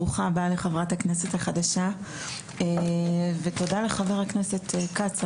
ברוכה הבאה לחברת הכנסת החדשה ותודה לחבר הכנסת כץ,